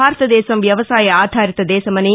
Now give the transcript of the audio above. భారతదేశం వ్యవసాయ ఆధారిత దేశమని